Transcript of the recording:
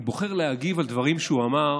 אני בוחר להגיב על דברים שהוא אמר